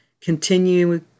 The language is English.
continue